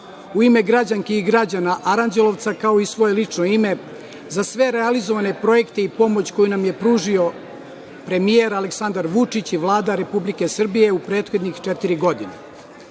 u ime građanki i građana Aranđelovca, kao i u svoje lično ime, za sve realizovane projekte i pomoć koju nam je pružio premijer Aleksandar Vučić i Vlada Republike Srbije u prethodnih četiri godine.